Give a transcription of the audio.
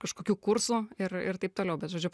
kažkokių kursų ir ir taip toliau bet žodžiu